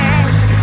ask